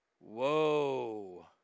Whoa